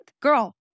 Girl